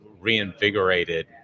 reinvigorated